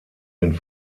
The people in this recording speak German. den